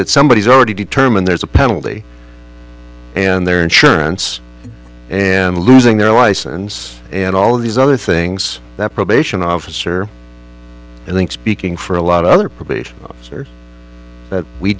that somebody has already determined there's a penalty and their insurance and losing their license and all of these other things that probation officer i think speaking for a lot of other probation officer